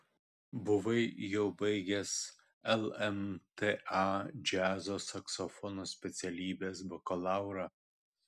buvai jau baigęs lmta džiazo saksofono specialybės bakalaurą